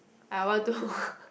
I want to